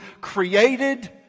created